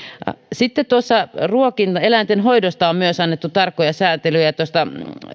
sitten eläinten hoidosta on myös annettu tarkkoja säätelyjä tuosta